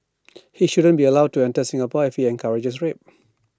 he shouldn't be allowed to enter Singapore if he encourages rape